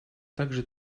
также